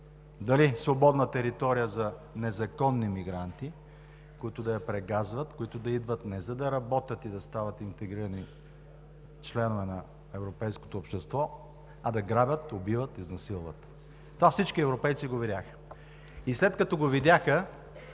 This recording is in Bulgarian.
дали свободна територия за незаконни мигранти, които да я прегазват, които идват не за да работят и да стават интегрирани членове на европейското общество, а да грабят, убиват, изнасилват. Това всички европейци го видяха. И след като го видяха,